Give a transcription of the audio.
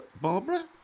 Barbara